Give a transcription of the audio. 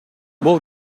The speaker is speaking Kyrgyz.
бул